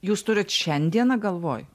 jūs turit šiandieną galvoj